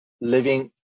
living